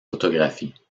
photographies